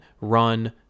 run